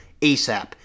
ASAP